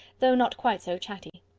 though not quite so chatty.